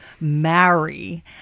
marry